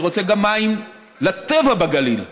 אני רוצה גם מים לטבע בגליל,